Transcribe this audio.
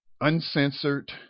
uncensored